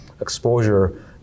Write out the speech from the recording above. exposure